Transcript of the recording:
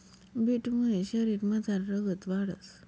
बीटमुये शरीरमझार रगत वाढंस